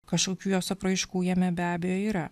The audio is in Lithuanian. kažkokių jos apraiškų jame be abejo yra